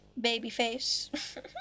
Babyface